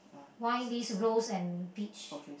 wine this rose and beach